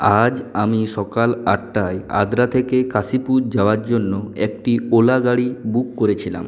আজ আমি সকাল আটটায় আদ্রা থেকে কাশিপুর যাওয়ার জন্য একটি ওলা গাড়ি বুক করেছিলাম